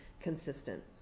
consistent